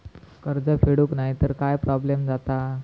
कर्ज फेडूक नाय तर काय प्रोब्लेम जाता?